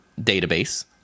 database